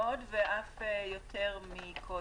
מאוד, ואף יותר מקודם.